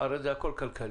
הרי זה הכול כלכלי,